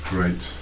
Great